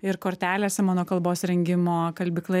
ir kortelėse mano kalbos rengimo kalbykla